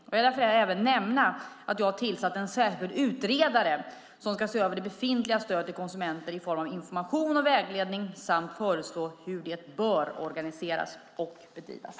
Jag vill därför även nämna att jag har tillsatt en särskild utredare som ska se över det befintliga stödet till konsumenter i form av information och vägledning samt föreslå hur det bör organiseras och bedrivas.